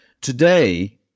Today